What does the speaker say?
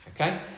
Okay